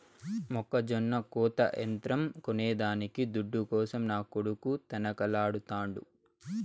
మొక్కజొన్న కోత యంత్రం కొనేదానికి దుడ్డు కోసం నా కొడుకు తనకలాడుతాండు